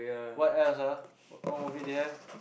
what else ah what movie they have